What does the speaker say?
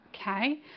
Okay